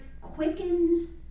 quickens